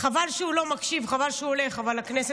הרשות הארצית לכבאות והצלה (נכים ונספים),